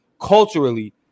culturally